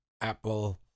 Apple